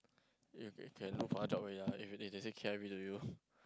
if if can look for other job already lah if they they say K_I_V to you